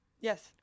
Yes